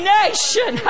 nation